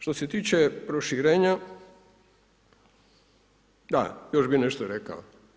Što se tiče proširenja, da, još bih nešto rekao.